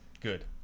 good